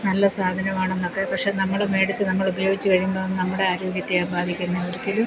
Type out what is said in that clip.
നല്ല സാധനമാണെന്നൊക്കെ പക്ഷെ നമ്മൾ മേടിച്ച് നമ്മൾ ഉപയോഗിച്ചു കഴിയുമ്പം നമ്മടെ ആരോഗ്യത്തെയാണ് ബാധിക്കുന്നത് ഒരിക്കലും